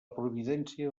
providència